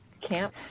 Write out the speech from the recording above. camp